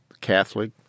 Catholic